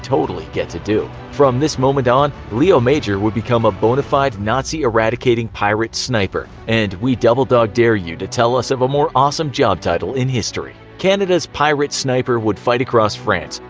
totally get to do. from this moment on leo major would become a bonafide nazi-eradicating pirate sniper, and we double-dog dare you to tell us of a more awesome job title in history. canada's pirate sniper would fight across france,